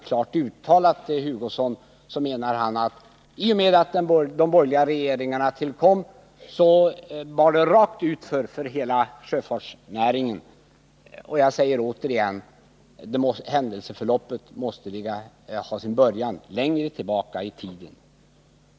Kurt Hugosson menar — även om han inte klart uttalar det — att det bar utför för hela sjöfartsnäringen i och med att de borgerliga regeringarna tillkom. Det händelseförloppet måste ha sin början längre tillbaka i tiden.